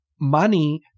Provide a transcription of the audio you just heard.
money